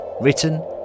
written